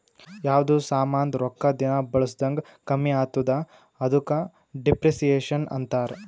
ಯಾವ್ದು ಸಾಮಾಂದ್ ರೊಕ್ಕಾ ದಿನಾ ಬಳುಸ್ದಂಗ್ ಕಮ್ಮಿ ಆತ್ತುದ ಅದುಕ ಡಿಪ್ರಿಸಿಯೇಷನ್ ಅಂತಾರ್